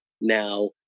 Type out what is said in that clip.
Now